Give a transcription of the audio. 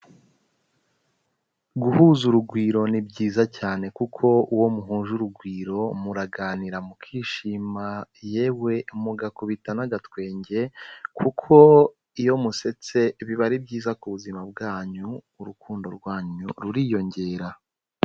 Guhuza urugwiro ni byiza cyane kuko uwo muhuje urugwiro muraganira mukishima yewe mugakubita n'agatwenge, kuko iyo musetse biba ari byiza ku buzima bwanyu urukundo rwanyu ruriyongera.